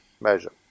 measure